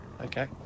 Okay